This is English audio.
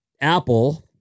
Apple